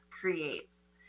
creates